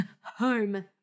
home